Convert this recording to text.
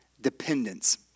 Dependence